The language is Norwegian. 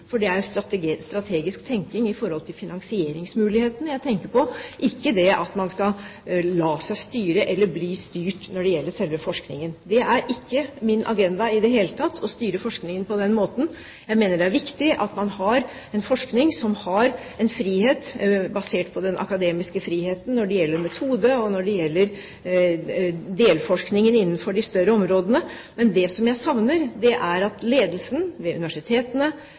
strategisk tenkning i forhold til finansieringsmulighetene, ikke det at man skal la seg styre eller bli styrt når det gjelder selve forskningen. Det er ikke min agenda i det hele tatt å styre forskningen på den måten. Jeg mener det er viktig at man har en forskning basert på den akademiske friheten når det gjelder metode og delforskning innenfor de større områdene. Men det som jeg savner, er at ledelsen ved universitetene